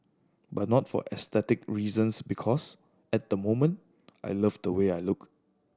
but not for aesthetic reasons because at the moment I love the way I look